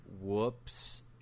Whoops